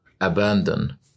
abandon